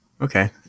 Okay